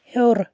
ہیٚور